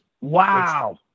Wow